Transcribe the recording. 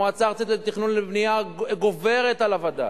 המועצה הארצית לתכנון ובנייה גוברת על הווד"ל.